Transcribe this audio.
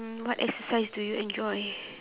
mm what exercise do you enjoy